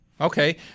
okay